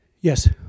Yes